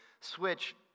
switch